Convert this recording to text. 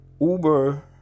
Uber